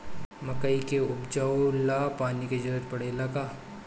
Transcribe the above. मकई के उपजाव ला पानी के जरूरत परेला का?